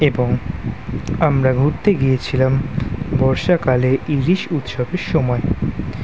এবং আমরা ঘুরতে গিয়েছিলাম বর্ষাকালে ইলিশ উৎসবের সময়